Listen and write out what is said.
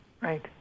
right